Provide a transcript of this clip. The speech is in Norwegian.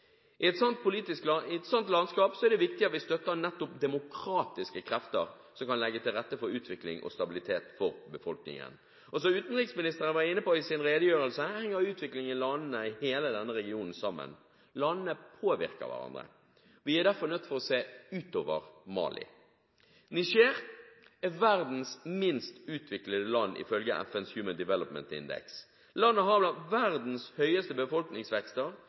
I et slikt landskap er det viktig at vi støtter nettopp demokratiske krefter som kan legge til rette for utvikling og stabilitet for befolkningen. Som utenriksministeren var inne på i sin redegjørelse, henger utviklingen i landene i hele denne regionen sammen. Landene påvirker hverandre. Vi er derfor nødt til å se utover Mali. Niger er verdens minst utviklede land, ifølge FNs Human Development Index. Landet har en befolkningsvekst som er blant verdens høyeste,